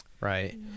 Right